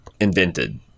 invented